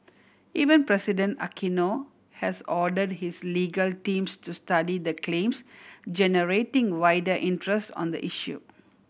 Even President Aquino has ordered his legal teams to study the claims generating wider interest on the issue